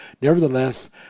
Nevertheless